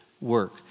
work